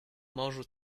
morzu